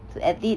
to edit